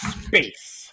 space